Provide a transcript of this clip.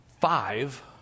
five